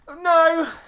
No